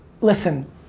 Listen